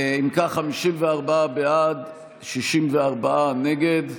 אם כך, 54 בעד, 64 נגד.